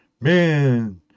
man